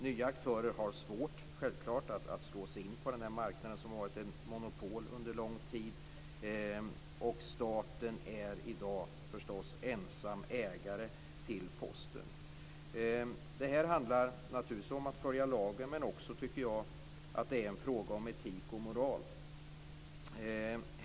Nya aktörer har självfallet svårt att slå sig in på den här marknaden där det har varit monopol under en lång tid. Och staten är i dag, förstås, ensam ägare till Posten. Det här handlar naturligtvis om att man skall följa lagen, men jag tycker också att det är en fråga om etik och moral.